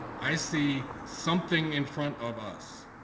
i see something in front of us.